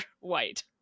white